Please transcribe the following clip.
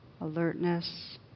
alertness